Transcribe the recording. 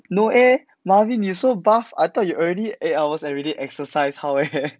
no eh marvin you so buff I thought you already eight hour everyday exercise how eh